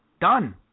Done